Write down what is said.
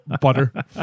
butter